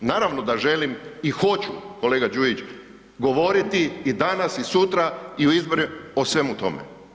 Naravno da želim i hoću kolega Đujić, govoriti i danas i sutra i u izborima o svemu tome.